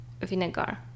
vinegar